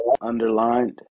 underlined